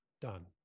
done